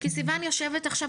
כי סיוון יושבת עכשיו,